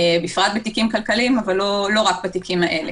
בפרט בתיקים כלכליים אבל לא רק בתיקים האלה.